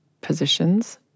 positions